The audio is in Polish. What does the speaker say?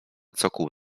cokół